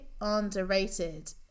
underrated